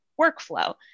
workflow